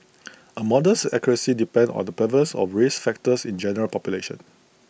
A model's accuracy depends on the prevalence of risk factors in the general population